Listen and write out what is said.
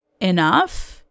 enough